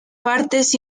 partes